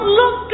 look